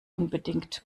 unbedingt